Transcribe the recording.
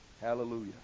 hallelujah